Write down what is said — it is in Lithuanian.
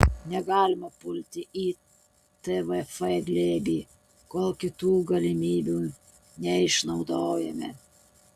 negalima pulti į tvf glėbį kol kitų galimybių neišnaudojome